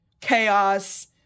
chaos